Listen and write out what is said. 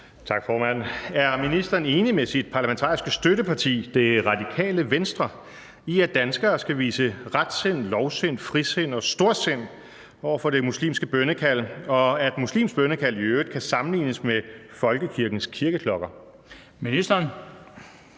(DF): Er ministeren enig med sit parlamentariske støtteparti – Det Radikale Venstre – i, at danskere skal vise »retsind, lovsind, frisind og storsind« over for det muslimske bønnekald, og at muslimsk bønnekald i øvrigt kan sammenlignes med folkekirkens kirkeklokker? Den